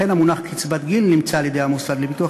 לכן המונח קצבת גיל נמצא על-ידי המוסד לביטוח